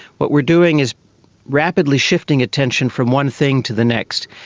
what we are doing is rapidly shifting attention from one thing to the next.